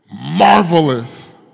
Marvelous